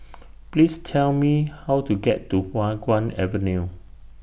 Please Tell Me How to get to Hua Guan Avenue